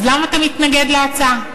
אז למה אתה מתנגד להצעה?